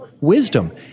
wisdom